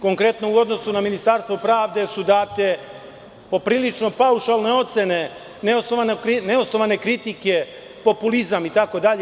Konkretno, u odnosu na Ministarstvo pravde su date poprilične paušalne ocene, neosnovane kritike, populizam itd.